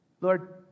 Lord